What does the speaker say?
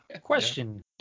Question